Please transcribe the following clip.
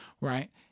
right